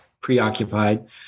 preoccupied